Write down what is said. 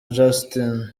justin